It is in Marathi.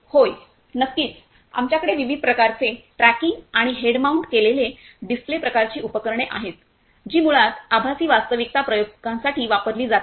होय नक्कीच आमच्याकडे विविध प्रकारचे ट्रॅकिंग आणि हेड माउंट केलेले प्डिस्प्ले प्रकारची उपकरणे आहेत जी मुळात आभासी वास्तविकता प्रयोगांसाठी वापरली जातात